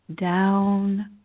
down